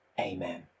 amen